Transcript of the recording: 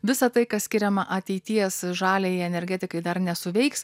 visa tai kas skiriama ateities žaliajai energetikai dar nesuveiks